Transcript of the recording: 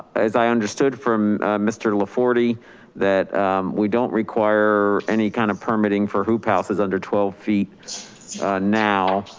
as i understood from mr. laforte, that we don't require any kind of permitting for hoop houses under twelve feet now